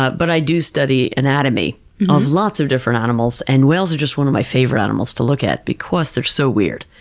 but but, i do study anatomy of lots of different animals, and whales are just one of my favorite animals to look at because they're so weird.